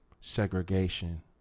Segregation